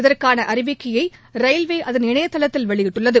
இதற்கான அறிவிக்கையை ரயில்வே அதன் இணையதளத்தில் வெளியிட்டுள்ளது